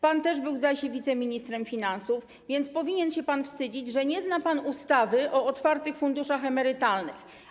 Pan też był, zdaję się, wiceministrem finansów, więc powinien się pan wstydzić, że nie zna pan ustawy o otwartych funduszach emerytalnych.